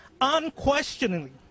unquestionably